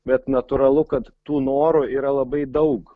bet natūralu kad tų norų yra labai daug